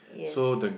yes